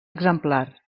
exemplar